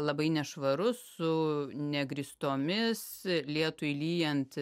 labai nešvarus su negrįstomis lietui lyjant